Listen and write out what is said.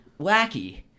wacky